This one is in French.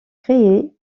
créé